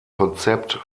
konzept